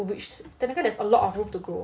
which technically there's a lot of room to grow